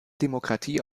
demokratie